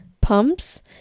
pumps